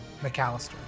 McAllister